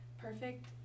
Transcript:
perfect